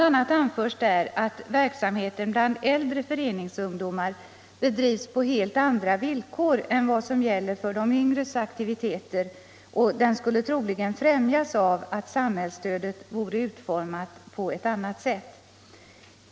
a. anförs där att verksamheten bland äldre föreningsungdomar bedrivs på helt andra villkor än vad som gäller för de yngres aktiviteter. Den skulle troligen främjas av att samhällsstödet vore utformat på ett annat sätt.